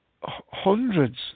hundreds